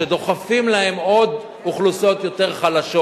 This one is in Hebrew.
כשדוחפים להם עוד אוכלוסיות יותר חלשות.